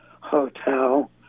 Hotel